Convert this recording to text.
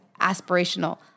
aspirational